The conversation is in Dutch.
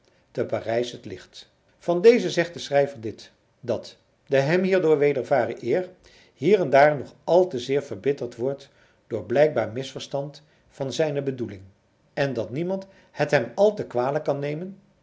te parijs het licht van deze zegt de schrijver dit dat de hem hierdoor wedervaren eer hier en daar nog al zeer verbitterd wordt door blijkbaar misverstand van zijne bedoeling en dat niemand het hem al te kwalijk kan nemen